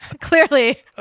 Clearly